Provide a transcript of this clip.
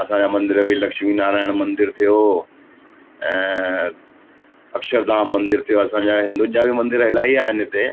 असांजा मंदर बि लक्ष्मी नारायण मंदर थी वियो ऐं अक्षरधाम मंदर थी वियो असांजा हिंदुनि जा बि मंदर इलाही आहिनि हिते